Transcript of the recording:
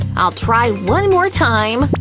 i'll try one more time,